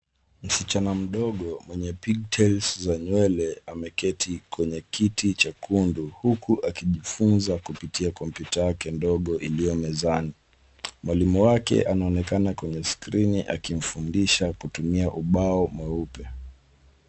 Msichana mdogo mwenye pick tels za nywele ameketi kwenye kiti chekundu huku akijifunza kupitia kompyuta yake ndogo iliyo mezani. Mwalimu wake anaonekana kwenye skrini akimfundisha kutumia ubao mweupe.